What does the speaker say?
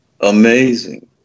amazing